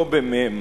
לא במ"ם,